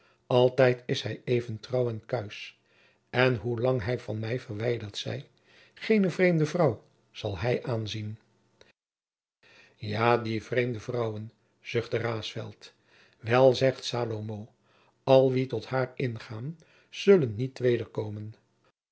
altijd is hij even trouw en kuisch en hoelang hij van mij verwijderd zij geene vreemde vrouw zal hij aanzien ja die vreemde vrouwen zuchtte raesfelt wel zegt salomo al wie tot haar ingaan zullen niet